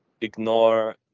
ignore